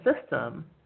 system